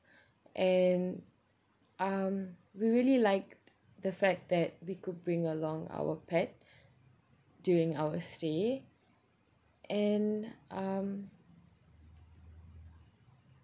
and um we really liked the fact that we could bring along our pet during our stay and um